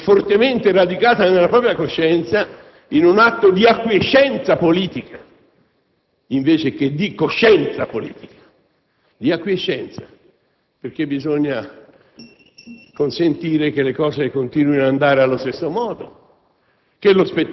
trasformare un'opinione legittima e fortemente radicata nella propria coscienza in un atto di acquiescenza politica, invece che di coscienza politica. È un'acquiescenza, perché bisogna